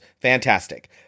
Fantastic